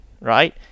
right